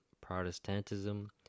Protestantism